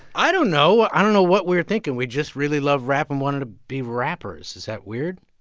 i don't know. i don't know what we were thinking. we just really loved rap and wanted to be rappers. is that weird?